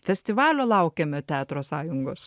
festivalio laukiame teatro sąjungos